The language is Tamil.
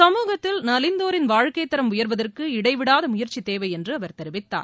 சமூகத்தில் நலிந்தோரின் வாழ்க்கைத்தரம் உயருவதற்கு இடைவிடாத முயற்சி தேவை என்று அவர் தெரிவித்தார்